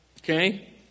Okay